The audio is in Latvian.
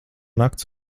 nakts